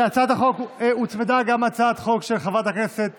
להצעת החוק הוצמדה גם הצעת חוק של חברת הכנסת